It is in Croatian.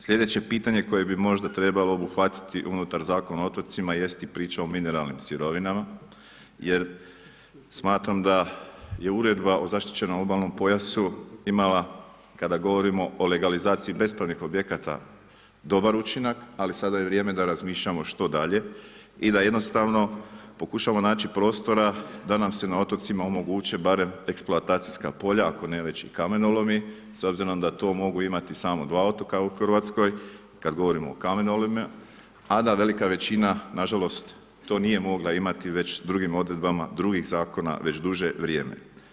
Slijedeće pitanje koje bi možda trebalo obuhvatiti unutar Zakona o otocima jest i priča o mineralnim sirovinama jer smatram da je Uredba o zaštićenom obalnom pojasu imala, kada govorimo o legalizaciji bespravnih objekata, dobar učinak, ali sada je vrijeme da razmišljamo što dalje i da jednostavno pokušamo naći prostora da nam se na otocima omoguće barem eksploatacijska polja, ako ne već i kamenolomi, s obzirom da to mogu imati samo dva otoka u Hrvatskoj, kad govorimo o kamenolomima, a da velika većina nažalost, to nije mogla imati već drugim odredbama drugih zakona već duže vrijeme.